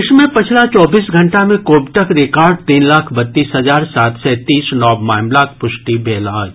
देश मे पछिला चौबीस घंटा मे कोविडक रिकॉर्ड तीन लाख बत्तीस हजार सात सय तीस नव मामिलाक पुष्टि भेल अछि